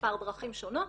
במספר דרכים שונות